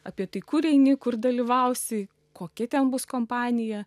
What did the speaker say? apie tai kur eini kur dalyvausi kokia ten bus kompanija